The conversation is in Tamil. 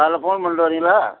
காலையில் ஃபோன் பண்ணிட்டு வரீங்களா